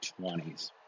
20s